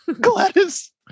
Gladys